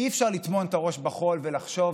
אי-אפשר לטמון את הראש בחול ולחשוב: